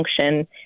function